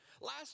Last